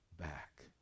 Back